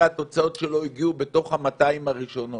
התוצאות שלו הגיעו בתוך ה-200 הראשונות.